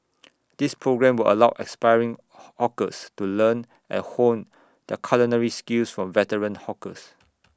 this programme will allow aspiring hawkers to learn and hone their culinary skills from veteran hawkers